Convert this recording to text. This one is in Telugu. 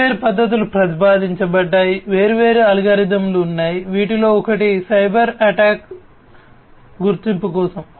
వేర్వేరు పద్దతులు ప్రతిపాదించబడ్డాయి వేర్వేరు అల్గోరిథంలు ఉన్నాయి వీటిలో ఒకటి సైబర్టాక్ గుర్తింపు కోసం